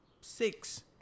six